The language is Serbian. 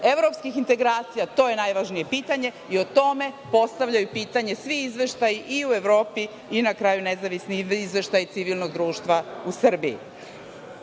evropskih integracija to je najvažnije pitanje i o tome postavljaju pitanje svi izveštaji i u Evropi i na kraju nezavisni izveštaj civilnog društva u Srbiji. Na